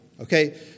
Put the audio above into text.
Okay